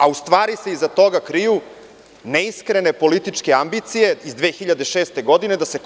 A u stvari se iza toga kriju neiskrene političke ambicije iz 2006. godine da se